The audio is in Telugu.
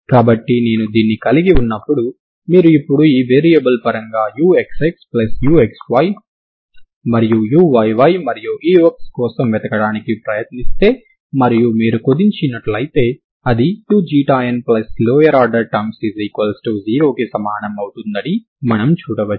కాబట్టి నేను దీన్ని కలిగి ఉన్నప్పుడు మీరు ఇప్పుడు ఈ వేరియబుల్ పరంగా uxxuxy మరియు uyy మరియు ux కోసం వెతకడానికి ప్రయత్నిస్తే మరియు మీరు కుదించినట్లయితే అది uξη లోయర్ ఆర్డర్ టర్మ్స్ 0 కి సమానం అవుతుందని మనము చూడవచ్చు